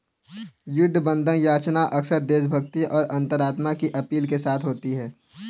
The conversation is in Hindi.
युद्ध बंधन याचना अक्सर देशभक्ति और अंतरात्मा की अपील के साथ होती है